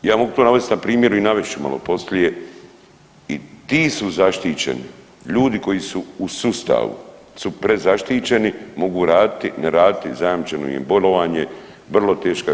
Ja mogu to nalazit na primjeru i navest ću malo poslije i ti su zaštićeni, ljudi koji su u sustavu su prezaštićeni, mogu raditi, ne raditi, zajamčeno im je bolovanje, vrlo teška je